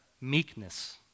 meekness